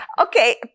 okay